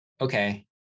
okay